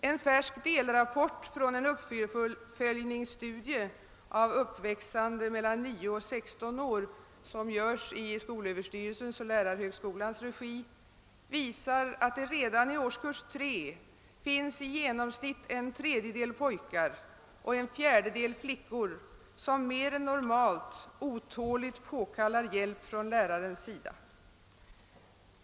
En färsk delrapport från en uppföljningsstudie av åldern 9—16 år som görs i skolöverstyrelsens och lärarhögskolans regi visar att det redan i årskurs 3 finns i genomsnitt en tredjedel pojkar och en fjärdedel flickor som mer än normalt »otåligt påkallar hjälp från lärarens sida».